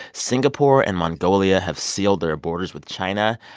singapore and mongolia have sealed their borders with china.